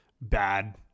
bad